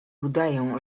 udaję